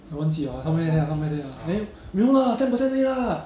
我忘记 liao lah somewhere there lah somewhere there eh 没有啦 ten percent 而已啦